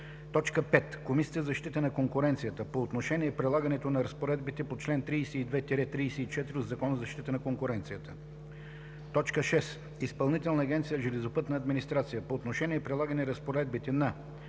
г.); 5. Комисията за защита на конкуренцията – по отношение прилагане на разпоредбите на чл. 32 – 34 от Закона за защита на конкуренцията; 6. Изпълнителна агенция „Железопътна администрация“ – по отношение прилагане разпоредбите на